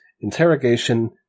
interrogation